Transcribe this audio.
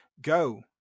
go